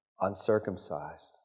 uncircumcised